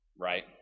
right